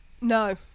No